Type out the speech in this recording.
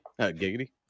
Giggity